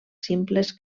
simples